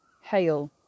Hail